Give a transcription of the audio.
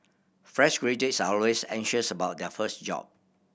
fresh graduates are always anxious about their first job